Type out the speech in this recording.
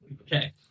Okay